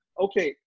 okay